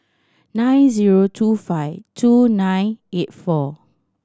nine zero two five two nine eight four